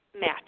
match